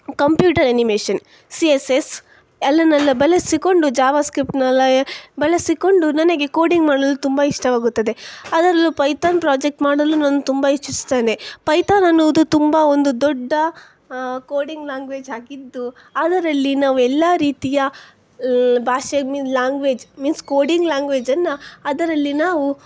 computer animation C S S ಅದನ್ನೆಲ್ಲ ಬಳಸಿಕೊಂಡು Java ಸ್ಕ್ರಿಪ್ಟ್ನೆಲ್ಲ ಬಳಸಿಕೊಂಡು ನನಗೆ ಕೋಡಿಂಗ್ ಮಾಡಲು ತುಂಬ ಇಷ್ಟವಾಗುತ್ತದೆ ಅದರಲ್ಲೂ ಪೈಥಾನ್ ಪ್ರಾಜೆಕ್ಟ್ ಮಾಡಲು ನಾನು ತುಂಬ ಇಚ್ಛಿಸುತ್ತೇನೆ ಪೈಥಾನ್ ಅನ್ನುವುದು ತುಂಬ ಒಂದು ದೊಡ್ಡ ಕೋಡಿಂಗ್ ಲ್ಯಾಂಗ್ವೇಜ್ ಆಗಿದ್ದು ಅದರಲ್ಲಿ ನಾವು ಎಲ್ಲ ರೀತಿಯ ಭಾಷೆ ಮೀನ್ಸ್ ಲ್ಯಾಂಗ್ವೇಜ್ ಮೀನ್ಸ್ ಕೋಡಿಂಗ್ ಲ್ಯಾಂಗ್ವೇಜನ್ನು ಅದರಲ್ಲಿ ನಾವು